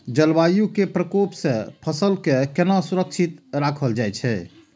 जलवायु के प्रकोप से फसल के केना सुरक्षित राखल जाय छै?